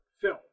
film